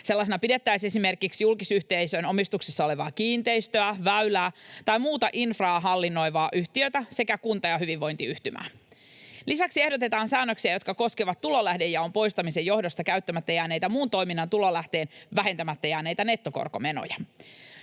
Sellaisena pidettäisiin esimerkiksi julkisyhteisön omistuksessa olevaa kiinteistöä, väylää tai muuta infraa hallinnoivaa yhtiötä sekä kunta- ja hyvinvointiyhtymää. Lisäksi ehdotetaan säännöksiä, jotka koskevat tulonlähdejaon poistamisen johdosta käyttämättä jääneitä, muun toiminnan tulolähteen vähentämättä jääneitä nettokorkomenoja.